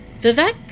Vivek